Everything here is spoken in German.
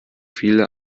viele